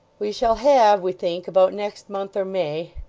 we shall have, we think, about next month, or may,